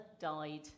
died